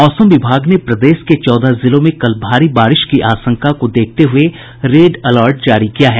मौसम विभाग ने प्रदेश के चौदह जिलों में कल भारी बारिश की आशंका को देखते हुए रेड अलर्ट जारी किया है